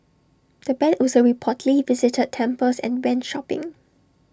the Band also reportedly visited temples and went shopping